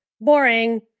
Boring